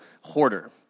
hoarder